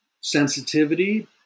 sensitivity